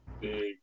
big